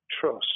trust